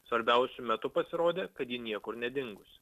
svarbiausiu metu pasirodė kad ji niekur nedingusi